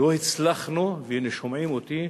לא הצלחנו, והנה, שומעים אותי,